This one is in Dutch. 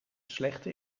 slechte